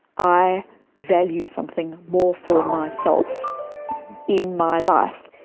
i value something more for myself in my life,